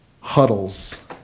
huddles